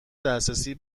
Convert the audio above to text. دسترسی